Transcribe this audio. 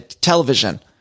television